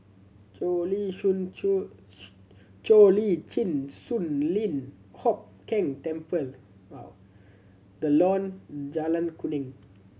Cheo Lim Cheo Lim Chin Sun Lian Hup Keng Temple The Lawn Jalan Kuning